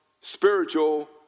spiritual